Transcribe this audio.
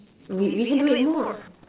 we we can do it more